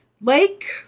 Lake